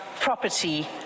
property